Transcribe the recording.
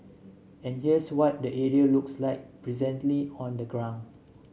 and here's what the area looks like presently on the ground